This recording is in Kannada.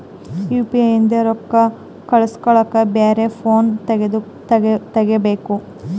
ಯು.ಪಿ.ಐ ನಿಂದ ರೊಕ್ಕ ಕಳಸ್ಲಕ ಬ್ಯಾರೆ ಫೋನ ತೋಗೊಬೇಕ?